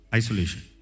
isolation